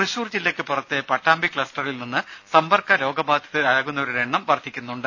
തൃശൂർ ജില്ലക്ക് പുറത്തെ പട്ടാമ്പി ക്ലസ്റ്ററിൽ നിന്ന് സമ്പർക്ക രോഗബാധിതരാകുന്നവരുടെ എണ്ണം വർധിക്കുന്നുണ്ട്